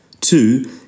two